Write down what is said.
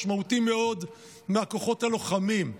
משמעותי מאוד מהכוחות הלוחמים,